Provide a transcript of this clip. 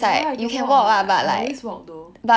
ya can walk what I always walk though